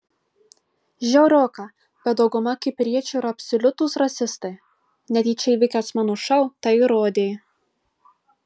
žiauroka bet dauguma kipriečių yra absoliutūs rasistai netyčia įvykęs mano šou tai įrodė